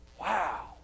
Wow